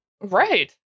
right